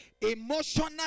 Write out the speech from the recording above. emotional